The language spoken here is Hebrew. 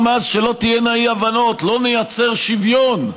גם אז, שלא תהיינה אי-הבנות, לא נייצר שוויון.